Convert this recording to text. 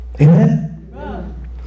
Amen